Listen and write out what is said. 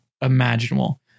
imaginable